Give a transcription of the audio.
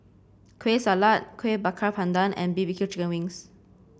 Kueh Salat Kuih Bakar Pandan and B B Q Chicken Wings